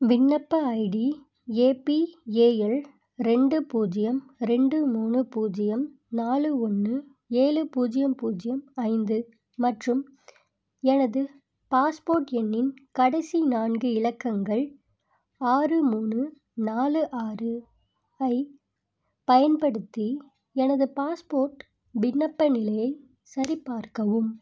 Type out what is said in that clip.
விண்ணப்ப ID A B A L ரெண்டு பூஜ்ஜியம் ரெண்டு மூணு பூஜ்ஜியம் நாலு ஒன்று ஏழு பூஜ்ஜியம் பூஜ்ஜியம் ஐந்து மற்றும் எனது பாஸ்போர்ட் எண்ணின் கடைசி நான்கு இலக்கங்கள் ஆறு மூணு நாலு ஆறு ஐப் பயன்படுத்தி எனது பாஸ்போர்ட் விண்ணப்ப நிலையை சரி பார்க்கவும்